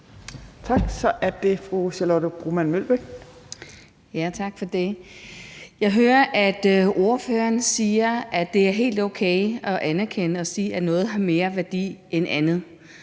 Kl. 22:29 Charlotte Broman Mølbæk (SF): Tak for det. Jeg hører, at ordføreren siger, at det er helt okay at anerkende og sige, at noget har mere værdi end andet.